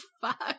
Fuck